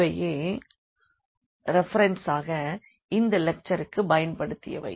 இவையே ரெஃபரென்ஸ் ஆக நாம் இந்த லெக்சருக்கு பயன்படுத்தியவை